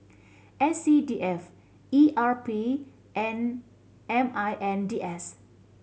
S C D F E R P and M I N D S